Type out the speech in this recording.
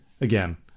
again